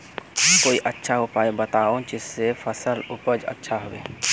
कोई अच्छा उपाय बताऊं जिससे फसल उपज अच्छा होबे